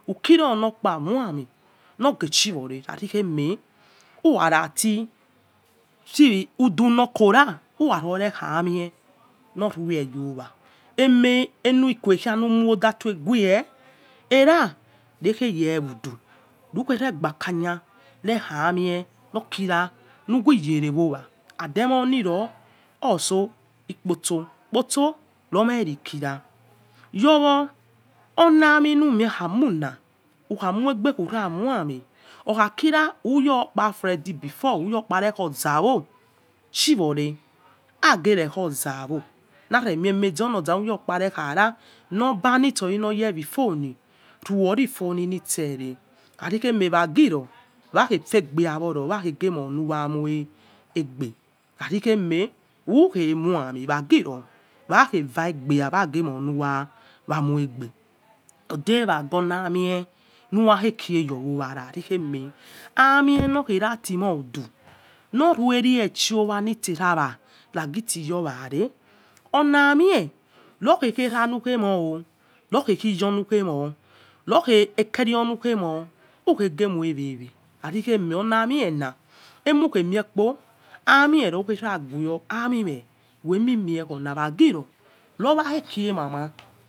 Ukioi olokpa khya amin loghe ehuwore khaia eme uwa rati rudu loko nekha a hire hor rhye yo owa emi-eni khie ekha kiyo doto ghe me nele ghe udu lughe bakakha rekha hokhai lughi yero owa, aude eniowiro osohi ikposo okposo limemike nekina yowo orlavawsoi lumen achue ginsu okhakia uyo ukpa thead khua ayi before iyokin re kha orzawo chiwo re khagere khair oz awo, na re hyemeze olozawo luwo kpa re re humber sori nokpa yewin phone ruowore khaai enie wa gi yo wighe figbiy waghe mo' emy more tegbe, tehacikheme ughe khya'amin wa gifo waghe vaigbia weg kemo oluwa, more gbe edewa gona amie lughi yo owara khair enie amrie moghewodiu, caire ehi owa lise rawa regia yowa ola amie horghe era lughe mor norghe iyo lumo hoighe ikeyo highe mo ughe kemio ekeyo wewe. Khari ema olanuie na imughe miekpo olamie na hikha ghuo. Amimie wa giro uwa ghe ko mana.